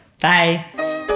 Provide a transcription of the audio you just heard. Bye